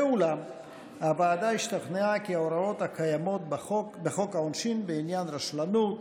אולם הוועדה השתכנעה כי ההוראות הקיימות בחוק העונשין בעניין רשלנות,